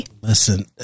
Listen